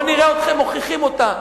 בואו נראה אתכם מוכיחים אותה.